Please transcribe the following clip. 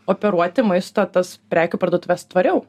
operuoti maisto tas prekių parduotuves tvariau